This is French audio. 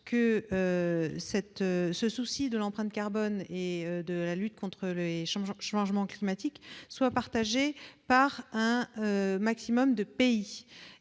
que le souci de l'empreinte carbone et de la lutte contre le changement climatique soit partagé par un maximum de pays.